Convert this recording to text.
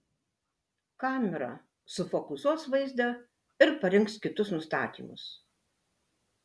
kamera sufokusuos vaizdą ir parinks kitus nustatymus